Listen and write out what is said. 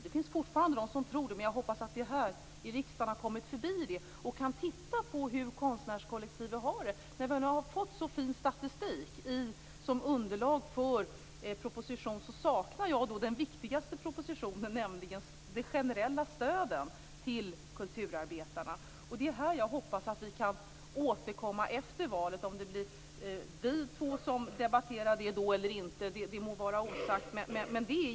Det finns fortfarande de som tror att det är så, men jag hoppas att vi här i riksdagen har kommit förbi den diskussionen och kan se hur konstnärskollektivet har det. Vi har nu fått fin statistik som underlag för propositionen, men jag saknar den viktigaste propositionen, nämligen de generella stöden till kulturarbetarna. Jag hoppas att vi kan återkomma till det efter valet. Om det blir just vi två som debatterar det eller inte må vara osagt.